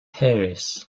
harris